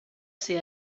ser